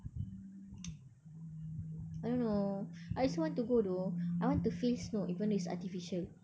I don't know I just want to go though I want to feel snow even though it's artificial